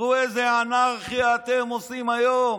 תראו איזו אנרכיה אתם עושים היום,